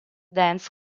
dance